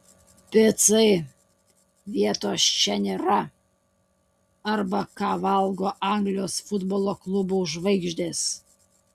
picai vietos čia nėra arba ką valgo anglijos futbolo klubų žvaigždės